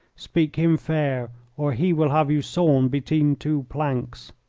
speak him fair, or he will have you sawn between two planks.